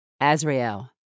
Azrael